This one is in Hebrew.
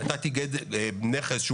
מה זה "מתייחס"?